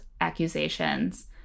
accusations